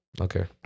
Okay